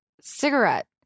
cigarette